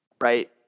right